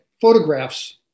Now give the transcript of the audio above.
photographs